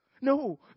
No